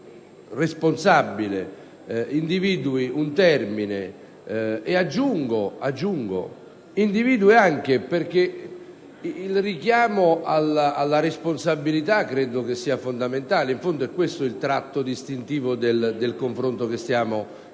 un richiamo alla responsabilità. Credo che ciò sia fondamentale, ed in fondo è questo il tratto distintivo del confronto che stiamo facendo: